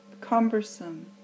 cumbersome